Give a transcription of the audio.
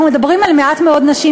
אנחנו מדברים על מעט מאוד נשים,